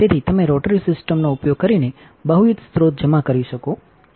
તેથી તમેરોટરી સિસ્ટમનો ઉપયોગ કરીનેબહુવિધસ્રોતજમા કરી શકો છો